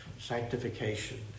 sanctification